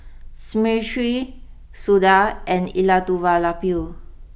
Smriti Suda and Elattuvalapil